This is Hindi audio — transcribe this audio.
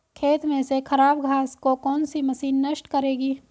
खेत में से खराब घास को कौन सी मशीन नष्ट करेगी?